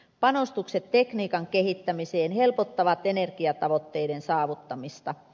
panostukset tekniikan kehittämiseen helpottavat energiatavoitteiden saavuttamista